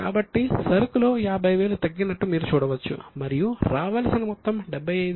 కాబట్టి సరుకులో 50000 తగ్గినట్లు మీరు చూడవచ్చు మరియు రావలసిన మొత్తం 75000 జోడించబడ్డాయి